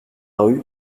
rue